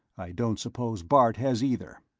i don't suppose bart has either.